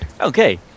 Okay